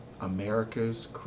America's